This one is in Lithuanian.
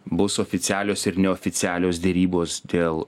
bus oficialios ir neoficialios derybos dėl